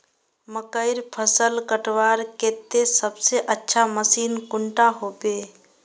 मकईर फसल कटवार केते सबसे अच्छा मशीन कुंडा होबे?